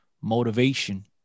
motivation